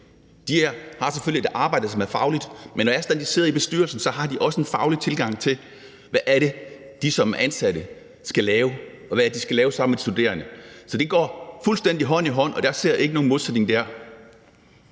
de ansatte, som har et arbejde, som er fagligt. Men når det er sådan, at de sidder i bestyrelsen, har de også en faglig tilgang til, hvad det er, de som ansatte skal lave, og hvad det er, de skal lave sammen med de studerende. Så det går fuldstændig hånd i hånd, og jeg ser ikke nogen modsætning der.